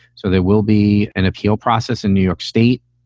so there will be an appeal process in new york state.